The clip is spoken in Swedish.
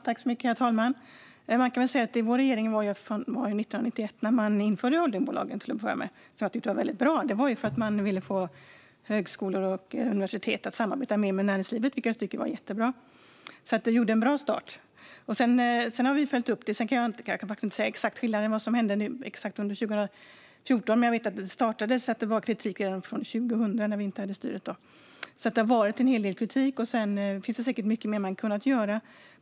Herr talman! Vår regering var 1991 när man införde holdingbolagen till att börja med, något som jag tyckte var väldigt bra. Man ville få hög-skolor och universitet att samarbeta mer med näringslivet, vilket jag tycker var jättebra. Det var en bra start. Sedan har vi följt upp det. Jag kan inte säga vad skillnaden var och exakt vad som hände under 2014. Men jag vet att kritiken startade från 2000 när vi inte hade styret. Det har varit en hel del kritik. Sedan finns det säkert mycket mer man kunnat göra.